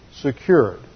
secured